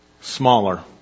smaller